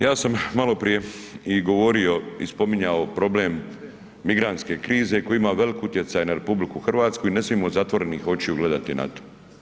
Ja sam maloprije i govorio i spominjao problem migrantske krize koji veliki utjecaj na RH i ne smijemo zatvorenih očiju gledati na to.